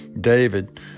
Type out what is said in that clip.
David